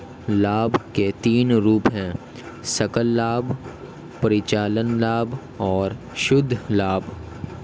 लाभ के तीन रूप हैं सकल लाभ, परिचालन लाभ और शुद्ध लाभ